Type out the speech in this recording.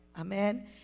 Amen